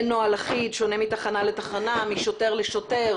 אין נוהל אחיד וההתנהלות שונה מתחנה לתחנה ומשוטר לשוטר.